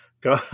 Go